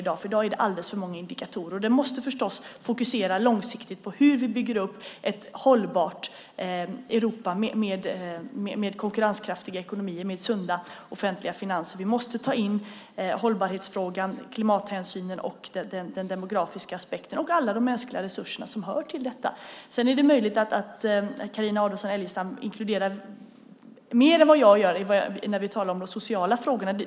I dag finns det alldeles för många indikatorer. Vi måste förstås fokusera på hur vi långsiktigt bygger upp ett hållbart Europa med konkurrenskraftiga ekonomier och med sunda offentliga finanser. Vi måste ta in hållbarhetsfrågan, klimathänsynen och den demografiska aspekten samt alla de mänskliga resurser som hör till detta. Det är möjligt att Carina Adolfsson Elgestam inkluderar mer än vad jag gör när vi talar om de sociala frågorna.